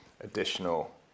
additional